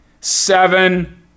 Seven